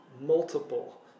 multiple